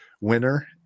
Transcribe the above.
winner